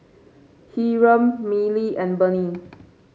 Hiram Miley and Burney